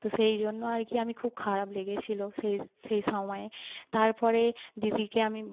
তো সেই জন্য আর কি আমি খুব খারাপ লেগেছিল সেই সেই সময়ে তারপরে দিদিকে আমি